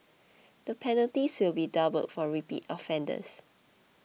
the penalties will be doubled for repeat offenders